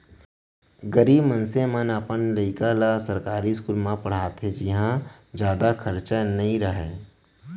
गरीब मनसे मन अपन लइका ल सरकारी इस्कूल म पड़हाथे जिंहा जादा खरचा नइ रहय